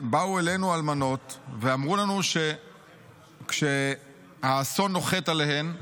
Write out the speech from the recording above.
באו אלינו אלמנות ואמרו לנו שכשהאסון נוחת עליהן,